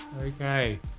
Okay